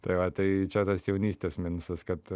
tai va tai čia tas jaunystės minusas kad